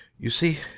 you see.